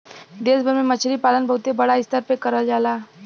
देश भर में मछरी पालन बहुते बड़ा स्तर पे करल जाला